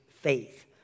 faith